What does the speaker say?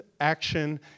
action